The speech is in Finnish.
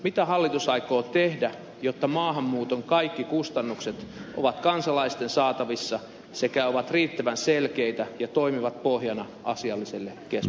mitä hallitus aikoo tehdä jotta maahanmuuton kaikki kustannukset ovat kansalaisten saatavissa sekä ovat riittävän selkeitä ja toimivat pohjana asialliselle käsin